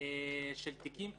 של תיקים.